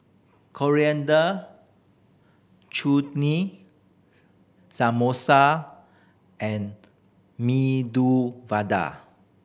Coriander Samosa and Medu Vada